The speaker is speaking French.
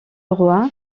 roi